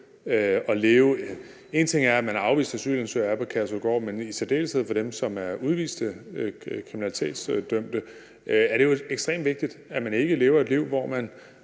at leve der. En ting er, at man er afvist asylansøger på Kærshovedgård, men i særdeleshed hvad angår dem, som er udviste kriminalitetsdømte, er det jo ekstremt vigtigt, at man ikke lever et liv, hvor man